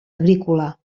agrícola